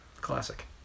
classic